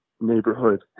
neighborhood